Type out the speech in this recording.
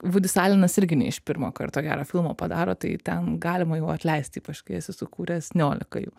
vudis alenas irgi ne iš pirmo karto gerą filmą padaro tai ten galima jau atleisti ypač kai esi sukūręs niolika jų